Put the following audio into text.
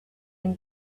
her